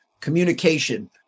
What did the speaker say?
communication